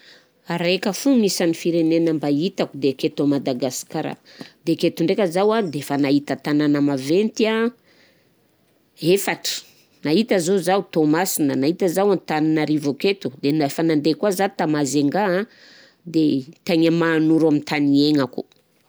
Raika foana isan'ny firenena mba hitako de aketo à Madagasikara, de aketo ndraika zaho a defa nahita tanàgna maventy an efatra: nahita zao zaho Toamasina, nahita zaho Antaninarivo aketo, de efa nande koà zaho tà Majunga a, de tàgny Mahanoro tany iaignako.